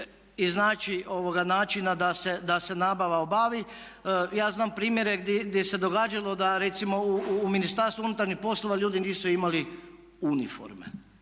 iznaći načina da se nabava obavi. Ja znam primjere gdje se događalo da recimo u Ministarstvu unutarnjih poslova ljudi nisu imali uniforme.